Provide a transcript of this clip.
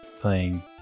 playing